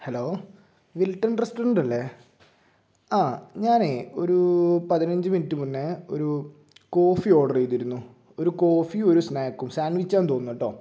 hello Wilton restaurant അല്ലേ ആ ഞാനേ ഒരു പതിനഞ്ച് മിനിറ്റ് മുന്നേ ഒരു കോഫി ഓർഡർ ചെയ്തിരുന്നു ഒരു കോഫിയും ഒരു സ്നാക്കും സാൻവിച്ച് ആണെന്ന് തോന്നുന്നു കേട്ടോ